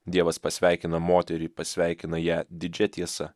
dievas pasveikina moterį pasveikina ją didžia tiesa